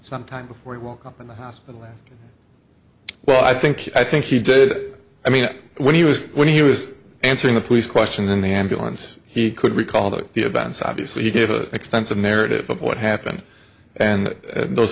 some time before he woke up in the hospital well i think i think he did i mean when he was when he was answering the police question in the ambulance he could recall the events obviously he gave a extensive narrative of what happened and those